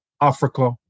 Africa